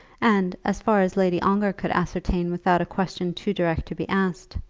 and, as far as lady ongar could ascertain without a question too direct to be asked,